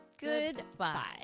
Goodbye